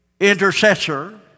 intercessor